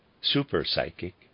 super-psychic